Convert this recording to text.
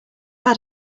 had